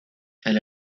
elle